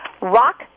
Rock